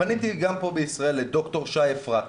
פניתי גם פה בישראל לד"ר שי אפרתי,